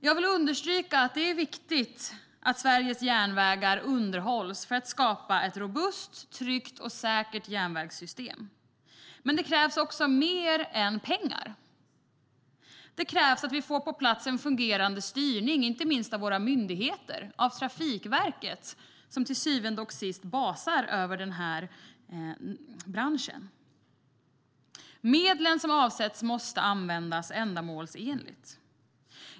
Jag vill understryka att det är viktigt att Sveriges järnvägar underhålls för att skapa ett robust, tryggt och säkert järnvägssystem. Men det krävs mer än pengar. Det krävs att vi får en fungerande styrning på plats - inte minst av våra myndigheter. Det gäller framför allt Trafikverket, som till syvende och sist basar över branschen. Medlen som avsätts måste också användas ändamålsenligt.